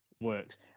works